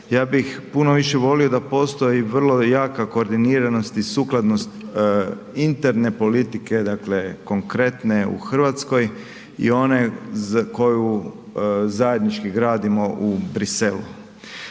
Ja bih puno više volio da postoj vrlo jaka koordiniranost i sukladnost interne politike, dakle konkretne u Hrvatskoj i one za koju zajednički gradimo u Briselu.